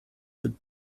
but